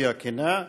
והתנצלותי הכנה.